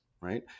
right